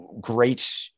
great